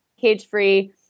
cage-free